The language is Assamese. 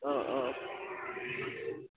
অঁ অঁ